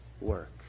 work